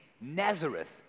Nazareth